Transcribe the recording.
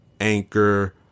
Anchor